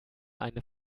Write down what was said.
eine